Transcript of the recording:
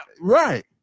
Right